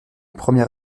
premier